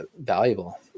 valuable